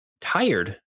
tired